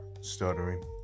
stuttering